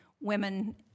women